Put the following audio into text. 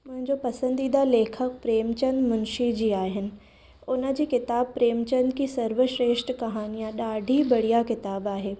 मुंहिंजो पसंदीदा लेखकु प्रेमचंद मुंशीजी आहिनि हुनजी किताबु प्रेमचंद की सर्वश्रेष्ठ कहानियां ॾाढी बढ़िया किताबु आहे